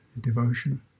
devotion